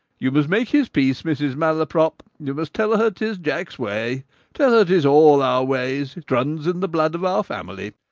you must make his peace, mrs. malaprop you must tell her tis jack's way tell her tis all our ways it runs in the blood of our family!